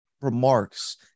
remarks